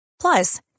Plus